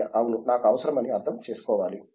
సంధ్య అవును నాకు అవసరం అని అర్థం చేసుకోవాలి